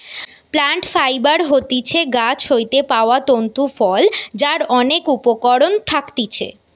plant fibre হতিছে গাছ হইতে পাওয়া তন্তু ফল যার অনেক উপকরণ থাকতিছে